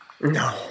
No